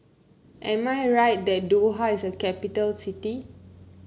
am I right that Doha is a capital city